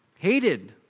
Hated